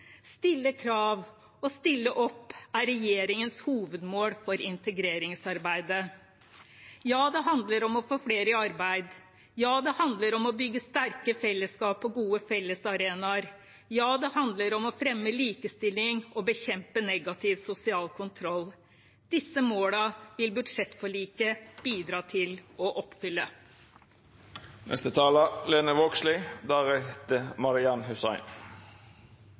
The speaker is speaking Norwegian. stille krav og stille opp er regjeringens hovedmål for integreringsarbeidet. Ja, det handler om å få flere i arbeid. Ja, det handler om å bygge sterke fellesskap og gode fellesarenaer. Ja, det handler om å fremme likestilling og bekjempe negativ sosial kontroll. Disse målene vil budsjettforliket bidra til å oppfylle.